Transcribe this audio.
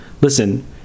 listen